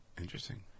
Interesting